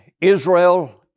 Israel